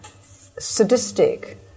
sadistic